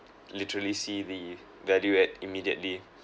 literally see the value add immediately